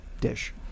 dish